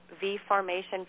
V-formation